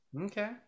Okay